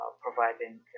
providing